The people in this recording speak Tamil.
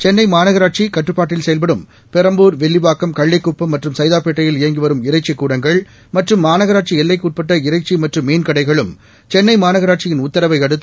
சென்னை மாநகராட்சி கட்டுப்பாட்டில் செயல்படும் பெரம்பூர் வில்லிவாக்கம் கள்ளிக்குப்பம் மற்றும் சைதாப்பேட்டையில் இயங்கி வரும் இறைச்சிக் கூடங்கள் மற்றும் மாநகராட்சி எல்லைக்கு உட்பட்ட இறைச்சி மற்றும் மீன் கடைகளும் சென்னை மாநகராட்சியின் உத்தரவை அடுத்து